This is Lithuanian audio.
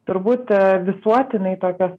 turbūt visuotinai tokios